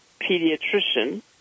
pediatrician